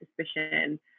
suspicion